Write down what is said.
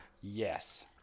yes